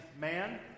man